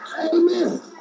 Amen